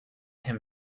him